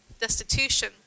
destitution